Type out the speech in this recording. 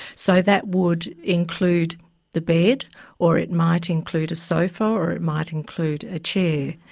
so that would include the bed or it might include a sofa or it might include a chair.